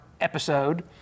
episode